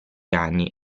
anni